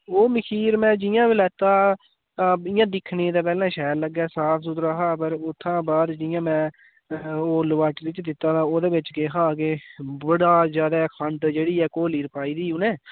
ओह् मखीर में जि'यां लैता इ'यां दिक्खने ईं ते पैह्लें शैल लग्गै साफ सुथरा हा पर उत्थां बाद जि'यां में ओह् लैबोरट्री च दित्ता ओह्दे बिच केह् हा कि बड़ा जैदा खंड जेह्ड़ी ऐ घोली री पाई दी ही उ'नें